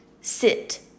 Sit